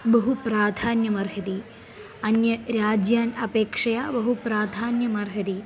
बहु प्राधान्यमर्हति अन्य राज्यान् अपेक्षया बहु प्राधान्यमर्हति